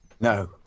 No